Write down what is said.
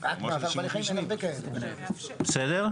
בסדר?